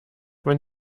wenn